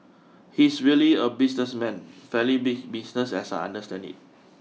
he's really a businessman fairly big business as I understand it